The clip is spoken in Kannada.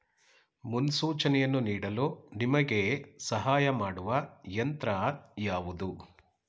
ಮುನ್ಸೂಚನೆಯನ್ನು ನೀಡಲು ನಿಮಗೆ ಸಹಾಯ ಮಾಡುವ ಯಂತ್ರ ಯಾವುದು?